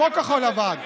כמו כחול לבן.